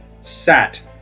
sat